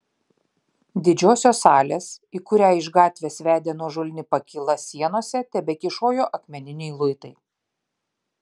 didžiosios salės į kurią iš gatvės vedė nuožulni pakyla sienose tebekyšojo akmeniniai luitai